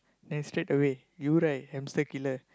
then straightaway you right hamster killer